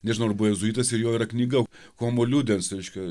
nežinau ar buvo jėzuitas ir jo yra knyga homo liudens reiškia